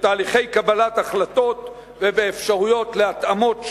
בתהליכי קבלת החלטות ובאפשרויות להתאמות שונות,